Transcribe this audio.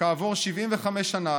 שכעבור 75 שנה